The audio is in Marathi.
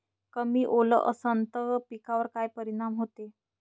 कमी ओल असनं त पिकावर काय परिनाम होते?